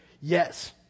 Yes